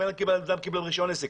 הבן אדם קיבל רישיון עסק.